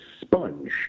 sponge